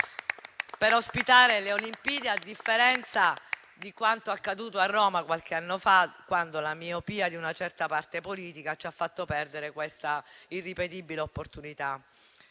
per ospitare le Olimpiadi, a differenza di quanto accaduto a Roma qualche anno fa, quando la miopia di una certa parte politica ci ha fatto perdere una irripetibile opportunità.